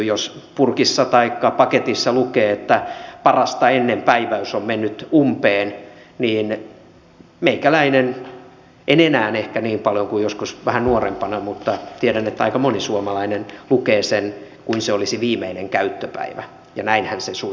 jos purkissa taikka paketissa lukee että parasta ennen päiväys on mennyt umpeen niin meikäläinen en enää ehkä niin paljoa kuin joskus vähän nuorempana mutta tiedän että aika moni suomalainen lukee sen kuin se olisi viimeinen käyttöpäivä ja näinhän se suinkaan ei ole